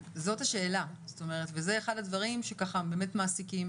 זאת השאלה וזה אחד הדברים שבאמת מעסיקים